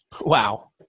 Wow